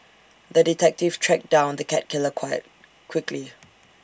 the detective tracked down the cat killer quickly